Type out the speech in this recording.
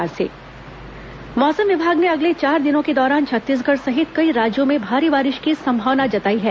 मौसम मौसम विभाग ने अगले चार दिनों के दौरान छत्तीसगढ़ सहित कई राज्यों में भारी बारिश की संभावना जताई है